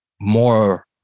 more